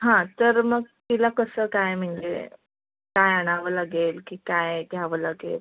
हां तर मग तिला कसं काय म्हणजे काय आणावं लागेल की काय घ्यावं लागेल